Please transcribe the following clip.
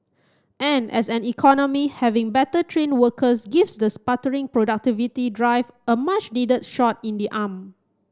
and as an economy having better trained workers gives the sputtering productivity drive a much needed shot in the arm